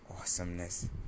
awesomeness